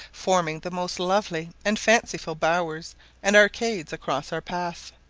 forming the most lovely and fanciful bowers and arcades across our path.